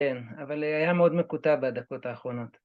‫כן, אבל היה מאוד מקוטע ‫בדקות האחרונות.